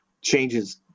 changes